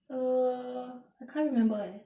err I can't remember eh